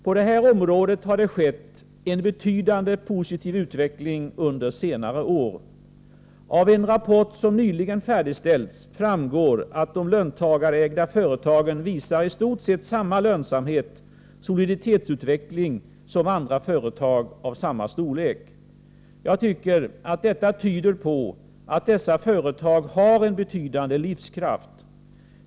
På det här området har det skett en betydande positiv utveckling under senare år. Av en rapport, som nyligen färdigställts, framgår att de löntagarägda företagen visar i stort sett samma lönsamhet och soliditetsutveckling som andra företag av samma storlek. Jag tycker att detta tyder på att dessa företag har en betydande livskraft.